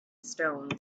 stones